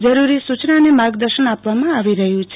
જરૂરી સુચના અને માર્ગદર્શન આપવામાં આવી રહયું છે